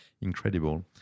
incredible